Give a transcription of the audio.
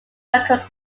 record